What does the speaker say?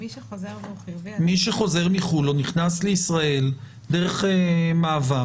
מי שחוזר והוא חיובי --- מי שחוזר מחו"ל או נכנס לישראל דרך מעבר,